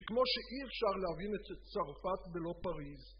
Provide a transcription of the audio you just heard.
כמו שאי אפשר להבין אצל צרפת ולא פריז.